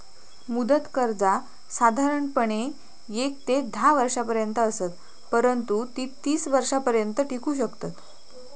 मुदत कर्जा साधारणपणे येक ते धा वर्षांपर्यंत असत, परंतु ती तीस वर्षांपर्यंत टिकू शकतत